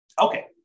Okay